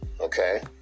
Okay